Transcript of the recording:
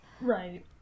Right